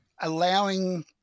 allowing